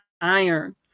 iron